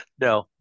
No